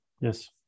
Yes